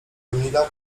emila